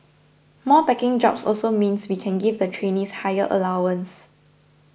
more packing jobs also means we can give the trainees higher allowances